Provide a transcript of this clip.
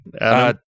Adam